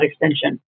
extension